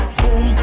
boom